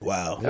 Wow